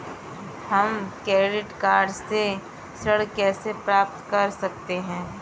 हम credit card से ऋण कैसे प्राप्त कर सकते हैं?